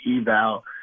eval